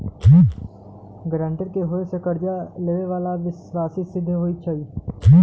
guarantor के होय से कर्जा लेबेय बला के विश्वासी सिद्ध होई छै